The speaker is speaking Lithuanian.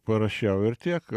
parašiau ir tiek